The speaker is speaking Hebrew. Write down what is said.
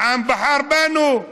העם בחר בנו.